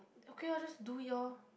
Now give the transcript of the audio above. okay lor just do it lor